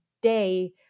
day